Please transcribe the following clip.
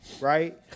right